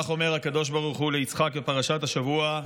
כך אומר הקדוש ברוך הוא ליצחק בפרשת השבוע,